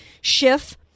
Schiff